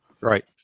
Right